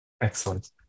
Excellent